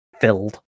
filled